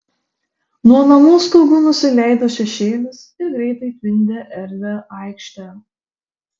nuo namų stogų nusileido šešėlis ir greitai tvindė erdvią aikštę